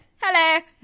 Hello